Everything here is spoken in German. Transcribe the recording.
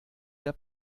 der